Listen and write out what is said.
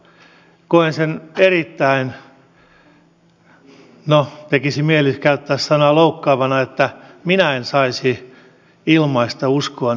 koen sen erittäin no tekisi mieli käyttää sanaa loukkaavana että minä en saisi ilmaista uskoani